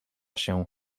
się